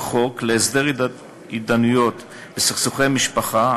חוק להסדר התדיינויות בסכסוכי משפחה,